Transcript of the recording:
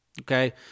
Okay